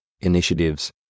initiatives